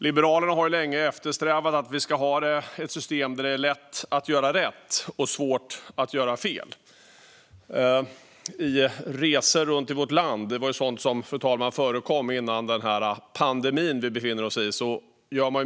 Liberalerna har länge eftersträvat att vi ska ha ett system där det är lätt att göra rätt och svårt att göra fel. På resor runt om i vårt land görs många besök; det var sådant som förekom före den pandemi som vi befinner oss i.